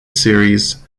series